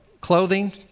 clothing